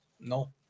No